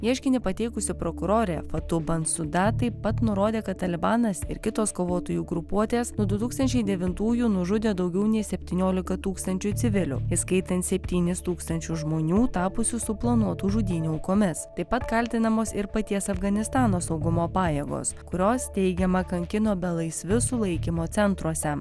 ieškinį pateikusi prokurorė fatou bensouda taip pat nurodė kad talibanas ir kitos kovotojų grupuotės nuo du tūkstančiai devintųjų nužudė daugiau nei septyniolika tūkstančių civilių įskaitant septynis tūkstančius žmonių tapusių suplanuotų žudynių aukomis taip pat kaltinamos ir paties afganistano saugumo pajėgos kurios teigiama kankino belaisvius sulaikymo centruose